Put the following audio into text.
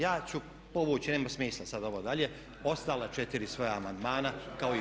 Ja ću povući, nema smisla sad ovo dalje, ostala četiri svoja amandmana kao i ovaj.